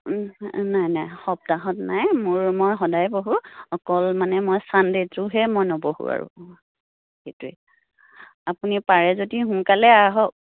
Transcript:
নাই নাই সপ্তাহত নাই মোৰ মই সদায় বহোঁ অকল মানে মই চানডেটোহে মই নবহোঁ আৰু সেইটোৱে আপুনি পাৰে যদি সোনকালে আহক